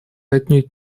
отнюдь